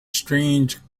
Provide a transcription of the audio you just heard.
strange